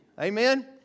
Amen